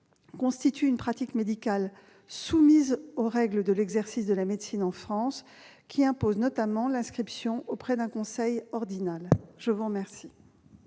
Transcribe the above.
constituent une pratique médicale soumise aux règles de l'exercice de la médecine en France, qui imposent notamment l'inscription auprès d'un conseil ordinal. La parole